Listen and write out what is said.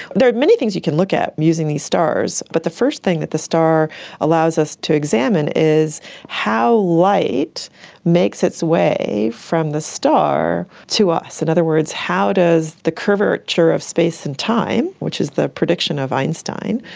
there are many things you can look at using these stars, stars, but the first thing that the star allows us to examine is how light makes its way from the star to us. in other words, how does the curvature of space and time, which is the prediction of einstein,